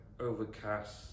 overcast